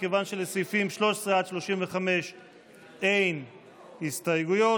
מכיוון שלסעיפים 13 35 אין הסתייגויות,